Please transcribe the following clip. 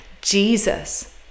Jesus